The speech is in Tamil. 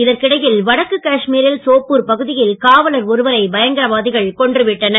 இதற்கிடையில் வடக்கு காஷ்மீரில் சோப்பூர் பகுதியில் காவலர் ஒருவரை பயங்கரவாதிகள் கொன்றுவிட்டனர்